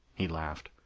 he laughed.